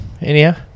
anyhow